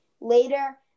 Later